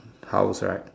house right